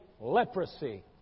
leprosy